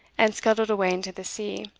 and scuttled away into the sea,